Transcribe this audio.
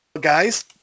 Guys